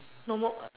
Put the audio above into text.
no more